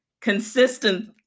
consistent